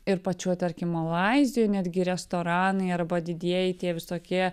ir pačioj tarkim malaizijoj netgi restoranai arba didieji tie visokie